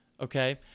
Okay